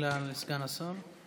שאלה לסגן השר.